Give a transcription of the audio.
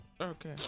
Okay